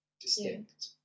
distinct